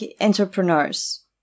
entrepreneurs